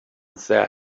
said